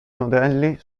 modelli